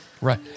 Right